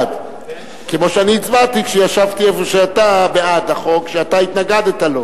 כמו שאני הצבעתי כשישבתי איפה שאתה יושב בעד החוק שאתה התנגדת לו.